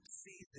see